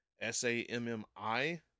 s-a-m-m-i